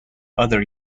other